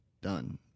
done